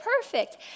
perfect